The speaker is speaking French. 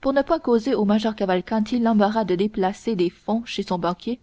pour ne point causer au major cavalcanti l'embarras de déplacer des fonds chez son banquier